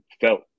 felt